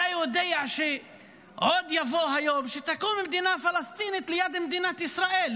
אתה יודע שעוד יבוא היום שתקום מדינה פלסטינית ליד מדינת ישראל,